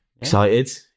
Excited